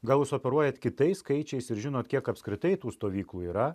gal jūs operuojat kitais skaičiais ir žinot kiek apskritai tų stovyklų yra